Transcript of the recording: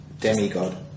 demigod